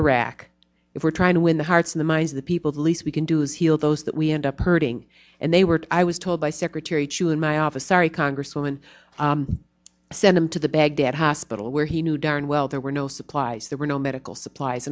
iraq if we're trying to win the hearts and minds the people least we can do is heal those that we end up hurting and they were i was told by secretary chu in my office sorry congresswoman send him to the baghdad hospital where he knew darn well there were no supplies there were no medical supplies